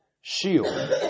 shield